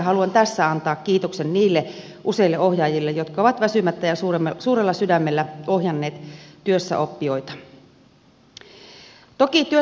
haluan tässä antaa kiitoksen niille useille ohjaajille jotka ovat väsymättä ja suurella sydämellä ohjanneet työssäoppijoita